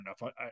enough